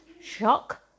Shock